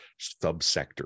subsector